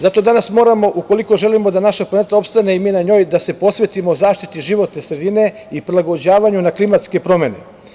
Zato danas moramo, ukoliko želimo da naša planeta opstane i mi na njoj, da se posvetimo zaštiti životne sredine i prilagođavanju na klimatske promene.